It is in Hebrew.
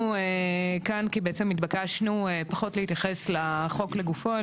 אנחנו כאן כי בעצם התבקשנו פחות להתייחס לחוק לגופו,